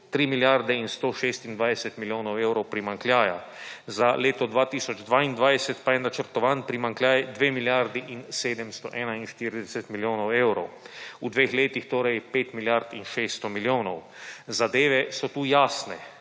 3 milijarde in 126 milijonov evrov primanjkljaja. Za leto 2022 pa je načrtovan primanjkljaj 2 milijardi in 741 milijonov evrov. V dveh letih torej 5 milijard in 600 milijonov. Zadeve so tu jasne,